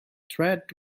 tread